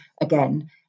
again